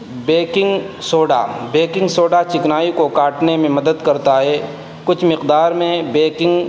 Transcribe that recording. baking soda baking soda چکنائی کو کاٹنے میں مدد کرتا ہے کچھ مقدار میں بیکنگ